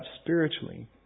spiritually